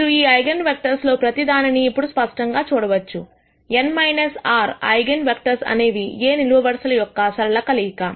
మీరు ఈ eigen vectors లో ప్రతి దానిని ఇప్పుడు స్పష్టంగా చూడవచ్చు n r ఐగన్ వెక్టర్స్ అనేవి A నిలువు వరుసల యొక్క సరళ కలయిక